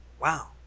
wow